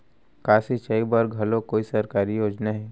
का सिंचाई बर घलो कोई सरकारी योजना हे?